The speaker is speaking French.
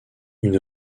une